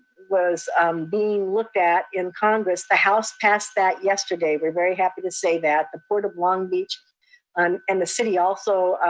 was being looked at in congress. the house passed that yesterday. we're very happy to say that the port of long beach um and the city also,